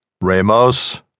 Ramos